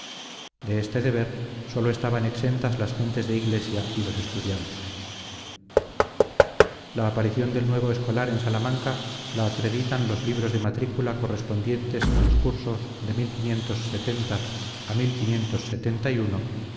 de este deber sólo estaban exentas las gentes de iglesia y los estudiantes la aparición del nuevo escolar en salamanca la acreditan los libros de matrícula correspondientes a los cursos de a y de